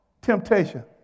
temptation